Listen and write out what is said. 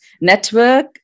Network